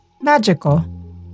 Magical